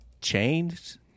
changed